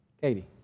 Katie